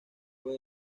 fue